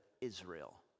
Israel